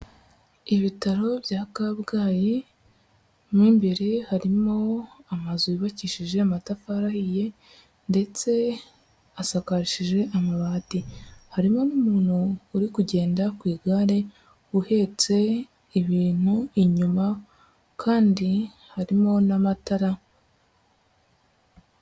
Ibitaro bya Kabgayi mo imbere harimo amazu yubakishije amatafari ahiye ndetse asakarishije amabati, harimo n'umuntu uri kugenda ku igare uhetse ibintu inyuma kandi harimo n'amatara.